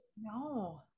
No